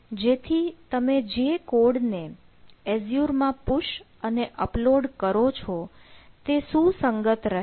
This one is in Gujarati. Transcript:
જેથી તમે જે કોડને એઝ્યુર માં પુશ અને અપલોડ કરો છો તે સુસંગત રહે